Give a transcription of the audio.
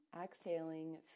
Exhaling